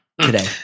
today